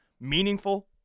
meaningful